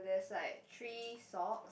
there's like three socks